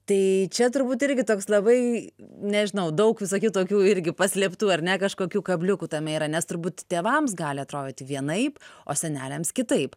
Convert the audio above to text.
tai čia turbūt irgi toks labai nežinau daug visokių tokių irgi paslėptų ar ne kažkokių kabliukų tame yra nes turbūt tėvams gali atrodyti vienaip o seneliams kitaip